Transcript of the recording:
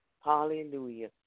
Hallelujah